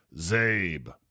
Zabe